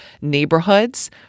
neighborhoods